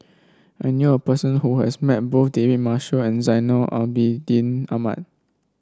I knew a person who has met both David Marshall and Zainal Abidin Ahmad